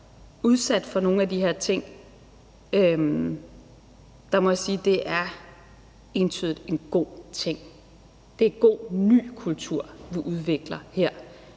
udsat for nogle af de her ting, må jeg sige, at det entydigt er en god ting. Det er en god ny kultur, vi udvikler her.